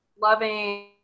loving